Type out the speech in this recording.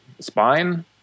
Spine